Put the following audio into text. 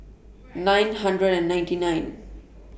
nine hundred and ninety nine